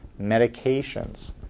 Medications